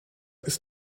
ist